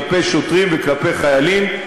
כלפי שוטרים וכלפי חיילים.